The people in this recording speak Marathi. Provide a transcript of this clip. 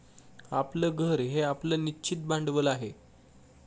आपलं घर हे आपलं निश्चित भांडवल आहे